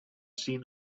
seen